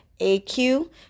AQ